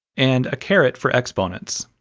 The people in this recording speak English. and a caret for exponents.